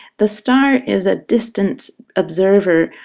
the star is a distant observer,